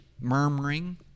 murmuring